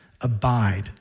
Abide